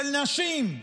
של נשים,